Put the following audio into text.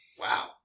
Wow